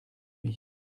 lui